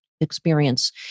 experience